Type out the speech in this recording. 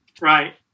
right